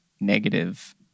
negative